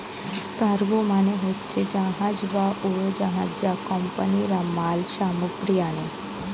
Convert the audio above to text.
cargo মানে হচ্ছে জাহাজ বা উড়োজাহাজ যা কোম্পানিরা মাল সামগ্রী আনে